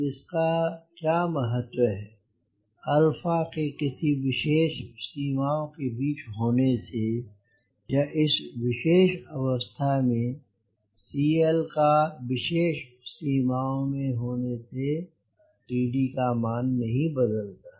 इसका क्या महत्व है alpha के किसी विशेष सीमाओं के बीच होने से या इस विशेष अवस्था में CL का विशेष सीमाओं में होने से CD का मान नहीं बदलता है